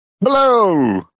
Hello